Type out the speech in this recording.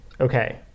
Okay